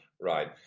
right